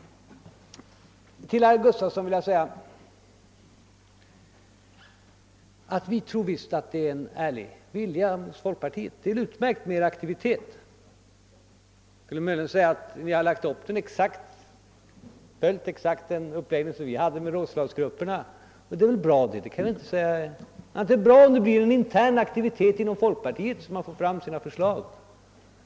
Till herr Gustafson i Göteborg vill jag säga att vi tror visst att folkpartiet har en ärlig vilja. Er aktivitet är utmärkt. Jag skulle kunna säga att ni har följt exakt vår uppläggning med rådslagsgrupper. Det är bra om det skapas en intern aktivitet inom folkpartiet så att det får fram sina förslag.